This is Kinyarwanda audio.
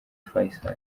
faisal